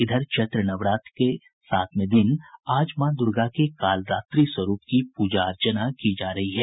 इधर चैत्र नवरात्र के सातवें दिन आज माँ दुर्गा के कालरात्रि स्वरूप की पूजा अर्चना की जा रही है